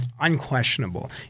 unquestionable